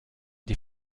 die